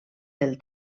del